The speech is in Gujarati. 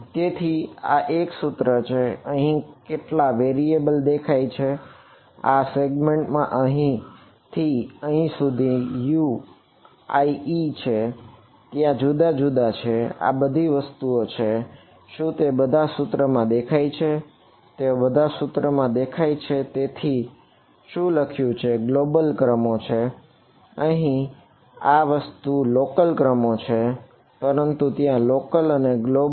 તેથી આ એક સૂત્ર છે અને અહીં કેટલા વેરીએબલ વચ્ચે 1 થી 1 સુસંગતા છે બરાબર